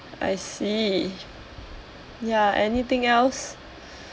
I see ya anything else